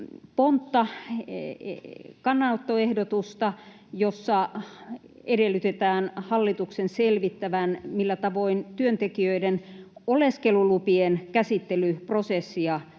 pontta, kannanottoehdotusta, jossa edellytetään hallituksen selvittävän, millä tavoin työntekijöiden oleskelulupien käsittelyprosessia tulisi